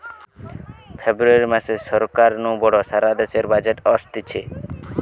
ফেব্রুয়ারী মাসে সরকার নু বড় সারা দেশের বাজেট অসতিছে